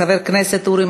חבר הכנסת אורי